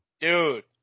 dude